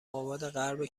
آبادغرب